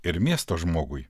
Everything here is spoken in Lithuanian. ir miesto žmogui